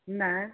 नहि